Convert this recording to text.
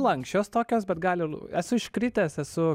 lanksčios tokios bet gal esu iškritęs esu